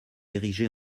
érigé